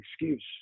excuse